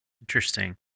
Interesting